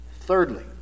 Thirdly